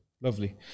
Lovely